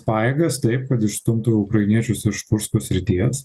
pajėgas taip kad išstumtų ukrainiečius iš kursko srities